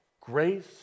grace